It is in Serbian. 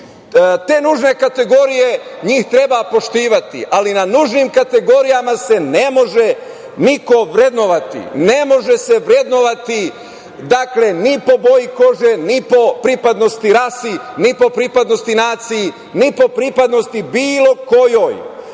Te nužne kategorije, njih treba poštivati, ali na nužnim kategorijama se ne može niko vrednovati. Ne može se vrednovati, dakle, ni po boji kože, ni po pripadnosti rasi, ni po pripadnosti naciji, ni po pripadnosti bilo kojoj